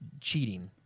cheating